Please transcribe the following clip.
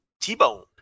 T-Bone